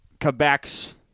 Quebec's